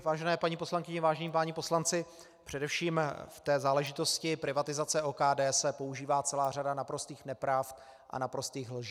Vážené paní poslankyně, vážení páni poslanci, především, v záležitosti privatizace OKD se používá celá řada naprostých nepravd a naprostých lží.